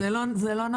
זה לא נכון.